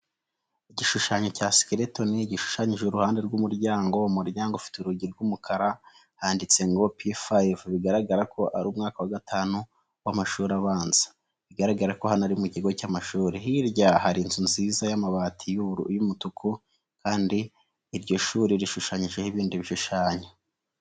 Igishushanyo cya skeleton gishushanyije i uruhande rw'umuryango ufite urugi rw'umukara handitse ngo P5; bigaragara ko ari umwaka wa gatanu w'amashuri abanza, bigaragara ko ari mu kigo cy'amashuri. Hirya hari inzu nziza y'amabati y'umutuku kandi iryo shuri rishushanyijeho ibindi bishushanyo.